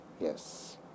Yes